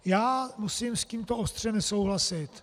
Já musím s tímto ostře nesouhlasit.